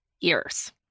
years